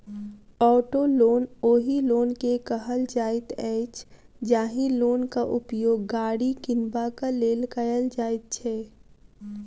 auto loan ओहि loan के कहल जाइत अछि, जाहि लोनक उपयोग गाड़ी किनबाक लेल कयल जाइत छै